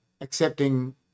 accepting